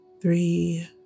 three